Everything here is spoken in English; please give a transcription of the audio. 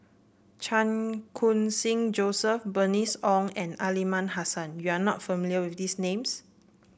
Chan Khun Sing Joseph Bernice Ong and Aliman Hassan you are not familiar with these names